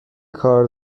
کار